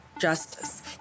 justice